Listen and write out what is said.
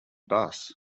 bus